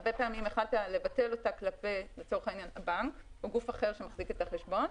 הרבה פעמים יכולת לבטל אותה כלפי הבנק או גוף אחר שמחזיק את החשבון,